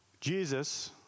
Jesus